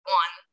one